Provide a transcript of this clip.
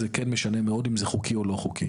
זה כן משנה מאוד אם זה חוקי או לא חוקי.